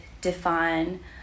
define